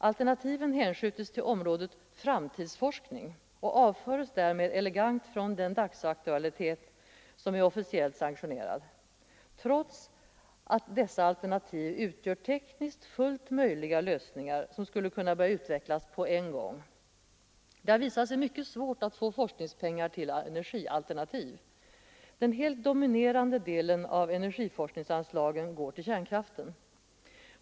Alternativen hänskjuts till området ”framtidsforskning” och avförs därmed elegant från den dagsaktualitet som är officiellt sanktionerad, trots att dessa alternativ utgör tekniskt fullt möjliga lösningar som skulle kunna börja utvecklas på en gång. Det har visat sig mycket svårt att få forskningspengar till energialternativ. Den helt dominerande delen av energiforskningsanslagen går till kärnkraften.